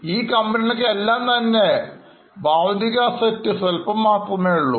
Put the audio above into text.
ഈ കമ്പനികൾക്ക് എല്ലാം തന്നെ തന്നെ ഭൌതിക Assets സ്വല്പം മാത്രമേയുള്ളൂ